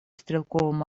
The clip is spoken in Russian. стрелковым